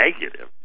negative